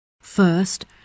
First